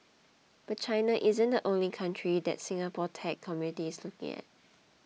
but China isn't the only country the Singapore tech community is looking at